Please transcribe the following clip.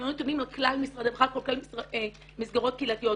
הם היו נתונים על כלל משרד הרווחה וכלל המסגרות הקהילתיות,